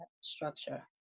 structure